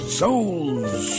souls